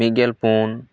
ᱢᱤᱫᱜᱮᱞ ᱯᱩᱱ